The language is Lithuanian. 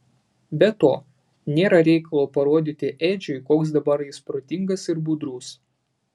be to nėra reikalo parodyti edžiui koks dabar jis protingas ir budrus